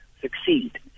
succeed